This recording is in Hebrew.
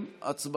אמרתם